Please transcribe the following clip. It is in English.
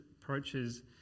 Approaches